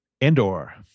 Andor